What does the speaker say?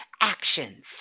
actions